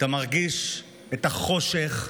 אתה מרגיש את החושך,